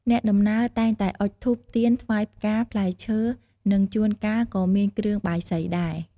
អ្នកដំណើរតែងតែអុជធូប ទៀន ថ្វាយផ្កា ផ្លែឈើ និងជួនកាលក៏មានគ្រឿងបាយសីដែរ។